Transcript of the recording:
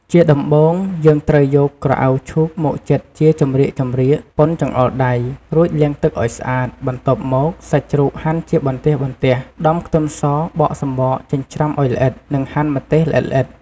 ជាដំបូង យើងត្រូវយក ក្រអៅឈូកមកចិតជាចម្រៀកៗ ប៉ុនចង្អុលដៃ រួចលាងទឹកអោយស្អាត បន្ទាប់មកសាច់ជ្រូកហាន់ជាបន្ទះៗ ដំខ្ទឹមសបកសំបកចិញ្ច្រាំឲ្យល្អិត និងហាន់ម្ទេសល្អិតៗ។